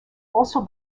also